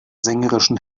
sängerischen